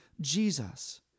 Jesus